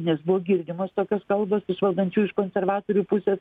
nes buvo girdimos tokios kalbos iš valdančiųjų iš konservatorių pusės